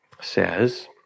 says